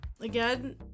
again